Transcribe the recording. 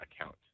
account